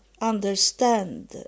understand